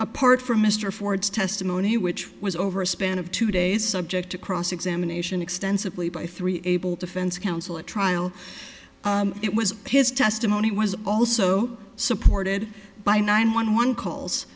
apart from mr ford's testimony which was over a span of two days subject to cross examination extensively by three able to fence counsel at trial it was his testimony was also supported by nine one one calls